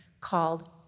called